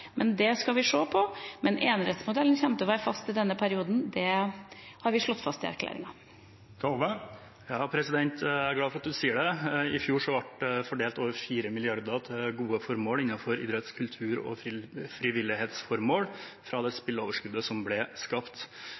men det skal vi se på. Enerettsmodellen kommer til å være fast i denne perioden, det har vi slått fast i erklæringen. Jeg er glad for at statsråden sier det. I fjor ble over 4 mrd. kr fordelt til gode formål innen idrett, kultur og frivillighet fra det spilloverskuddet som ble skapt.